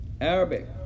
Arabic